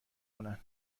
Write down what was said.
کنن